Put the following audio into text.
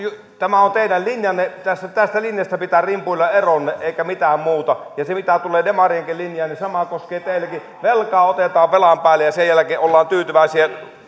tämä on teidän linjanne tästä tästä linjasta pitää rimpuilla eroon eikä mitään muuta ja mitä tulee demarienkin linjaan niin sama koskee teitäkin velkaa otetaan velan päälle ja sen jälkeen ollaan tyytyväisiä